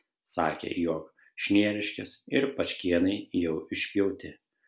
sakė jog šnieriškės ir pačkėnai jau išpjauti